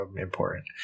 Important